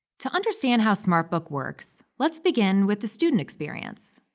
to understand how smartbook works, let's begin with the student experience.